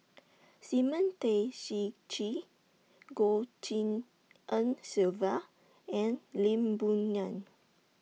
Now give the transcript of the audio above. Simon Tay Seong Chee Goh Tshin En Sylvia and Lee Boon Ngan